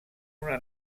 una